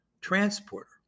transporter